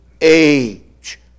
age